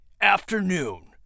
afternoon